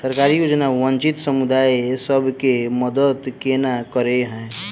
सरकारी योजना वंचित समुदाय सब केँ मदद केना करे है?